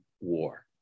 war